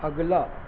اگلا